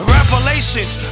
Revelations